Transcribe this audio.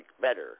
better